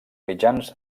mitjans